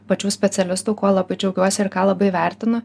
pačių specialistų kuo labai džiaugiuosi ir ką labai vertinu